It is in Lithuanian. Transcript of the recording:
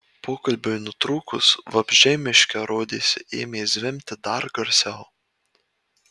pokalbiui nutrūkus vabzdžiai miške rodėsi ėmė zvimbti dar garsiau